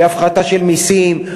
בהפחתה של מסים,